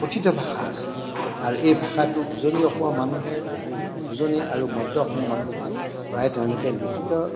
কথিত ভাষা আছে আৰু এই ভাষাটো উজনি অসমৰ মানুহে উজনি আৰু মধ্য় অসমৰ মানুহে প্ৰায় তেওঁলোকে লিখিত